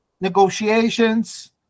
negotiations